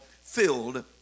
filled